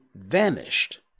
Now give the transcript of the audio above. vanished